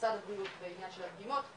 מהממסד הבריאות בעניין של דגימות,